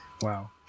Wow